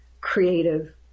creative